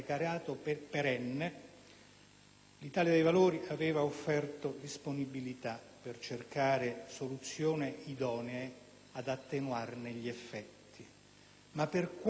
l'Italia dei Valori aveva offerto disponibilità per cercare soluzioni idonee ad attenuarne gli effetti. Ma per quanto ci siamo sforzati,